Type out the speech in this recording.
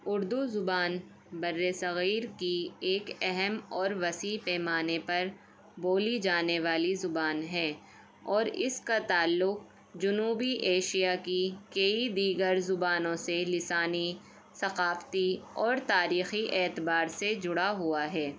اردو زبان بر صغیر کی ایک اہم اور وسیع پیمانے پر بولی جانے والی زبان ہے اور اس کا تعلق جنوبی ایشیا کی کئی دیگر زبانوں سے لسانی ثقافتی اور تاریخی اعتبار سے جڑا ہوا ہے